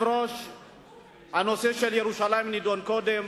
הנושא של ירושלים נדון קודם,